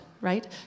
right